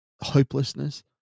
hopelessness